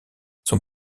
son